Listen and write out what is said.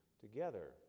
together